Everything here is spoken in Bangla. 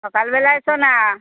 সকালবেলায় এসো না